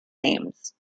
names